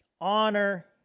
honor